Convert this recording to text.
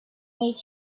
made